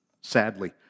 sadly